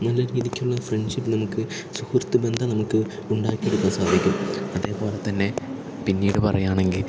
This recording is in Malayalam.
നല്ല ഒരു രീതിക്കുള്ള ഫ്രണ്ട്ഷിപ്പ് നമുക്ക് സുഹൃത്ത് ബന്ധം നമുക്ക് ഉണ്ടാക്കി എടുക്കാൻ സാധിക്കും അതേപോലെത്തന്നെ പിന്നീട് പറയുകയാണെങ്കിൽ